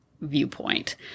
viewpoint